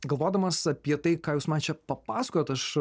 galvodamas apie tai ką jūs man čia papasakojot aš